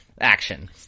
Action